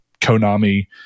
konami